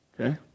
Okay